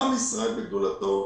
עם ישראל בגדולתו.